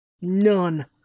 None